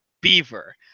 beaver